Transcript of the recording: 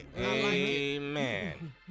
Amen